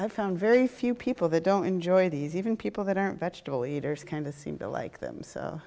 i've found very few people that don't enjoy these even people that aren't vegetable leaders kind of seem to like them so